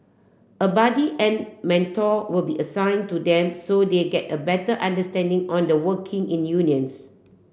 a buddy and mentor will be assigned to them so they get a better understanding on the working in unions